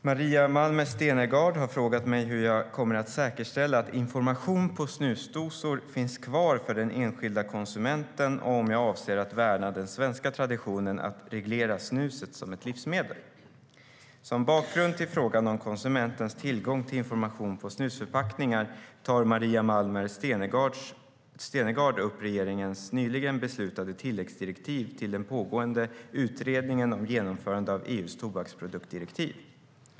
Maria Malmer Stenergard har frågat mig hur jag kommer att säkerställa att information på snusdosor finns kvar för den enskilda konsumenten och om jag avser att värna den svenska traditionen att reglera snuset som ett livsmedel. Som bakgrund till frågan om konsumentens tillgång till information på snusförpackningar tar Maria Malmer Stenergard upp regeringens nyligen beslutade tilläggsdirektiv till den pågående Utredningen om genomförande av EU:s tobaksproduktdirektiv.